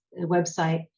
website